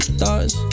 thoughts